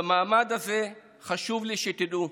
במעמד הזה חשוב לי שתדעו: